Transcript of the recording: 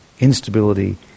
instability